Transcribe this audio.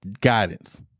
Guidance